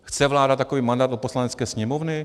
Chce vláda takový mandát od Poslanecké sněmovny?